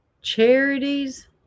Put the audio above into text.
Charities